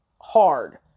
Hard